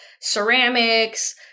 ceramics